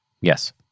Yes